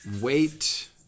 wait